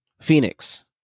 Phoenix